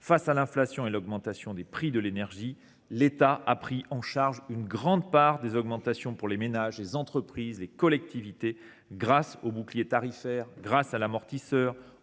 Face à l’inflation et à la hausse des prix de l’énergie, l’État a pris en charge une grande part des augmentations pesant sur les ménages, sur les entreprises et sur les collectivités grâce au bouclier tarifaire, à l’amortisseur